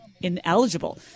ineligible